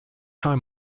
time